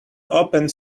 opened